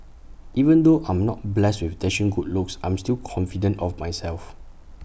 even though I'm not blessed with dashing good looks I am still confident of myself